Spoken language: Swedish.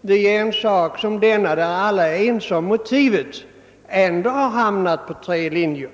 vi i en sak som denna där alla är ense om motivet ändå har hamnat på tre linjer.